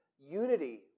unity